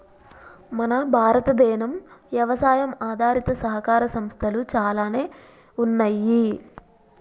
మన భారతదేనం యవసాయ ఆధారిత సహకార సంస్థలు చాలానే ఉన్నయ్యి